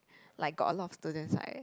like got a lot of students right